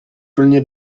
plně